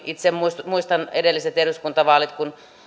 itse muistan kun edellisissä eduskuntavaaleissa